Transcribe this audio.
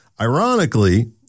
ironically